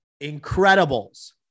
Incredibles